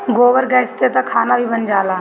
गोबर गैस से तअ खाना भी बन जाला